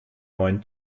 neuen